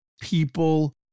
people